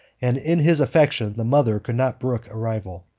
and in his affection the mother could not brook a rival.